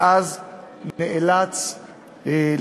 אלא בשל